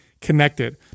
connected